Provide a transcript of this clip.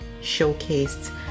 showcased